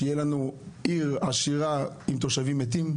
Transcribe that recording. שתהיה לנו עיר עשירה עם תושבים מתים?